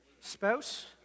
spouse